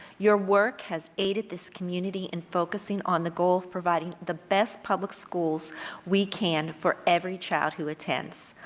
your work has aided this community in focusing on the goal of providing the best public schools we can for every child who attends